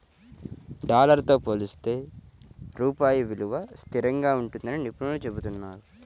dollar తో పోలిస్తే రూపాయి విలువ స్థిరంగా ఉంటుందని నిపుణులు చెబుతున్నారు